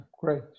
Great